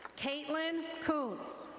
caitlyn koontz.